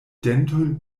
dentojn